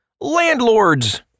landlords